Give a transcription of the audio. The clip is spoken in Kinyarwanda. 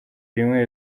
rimwe